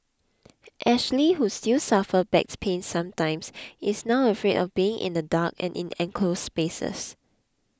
Ashley who still suffers back pains sometimes is now afraid of being in the dark and in enclosed spaces